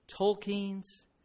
Tolkien's